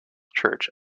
church